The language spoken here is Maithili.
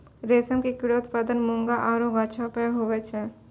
रेशम के कीड़ा उत्पादन मूंगा आरु गाछौ पर हुवै छै